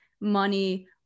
money